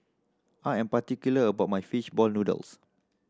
I am particular about my fish ball noodles